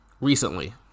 recently